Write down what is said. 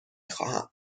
خواهم